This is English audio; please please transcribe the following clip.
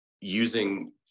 using